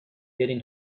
برین